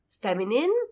feminine